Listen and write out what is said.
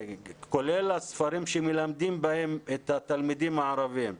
כולל הספרים שמלמדים בהם את התלמידים הערבים.